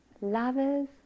lovers